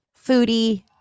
foodie